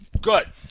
Good